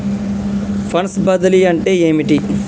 Funds బదిలీ అంటే ఏమిటి?